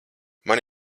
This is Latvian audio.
man